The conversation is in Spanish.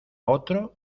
otro